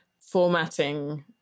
formatting